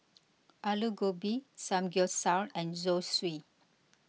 Alu Gobi Samgyeopsal and Zosui